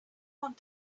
want